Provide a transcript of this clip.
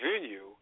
venue